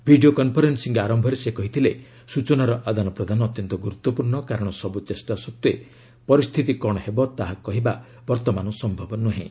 video conferencing ଆରମ୍ଭରେ ସେ କହିଥିଲେ ସୂଚନାର ଆଦାନ ପ୍ରଦାନ ଅତ୍ୟନ୍ତ ଗୁରୁତ୍ୱପୂର୍ଣ୍ଣ କାରଣ ସବୁ ଚେଷ୍ଟା ସତ୍ତ୍ୱେ ପରିସ୍ଥିତି କ'ଣ ହେବ ତାହା କହିବା ବର୍ତ୍ତମାନ ସମ୍ଭବ ନୁହେଁ